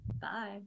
Bye